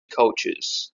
cultures